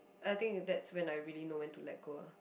I think that's when I really know when to let go ah